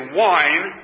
wine